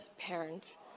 parent